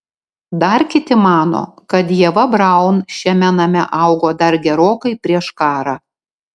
dar kiti mano kad ieva braun šiame name augo dar gerokai prieš karą